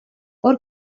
hor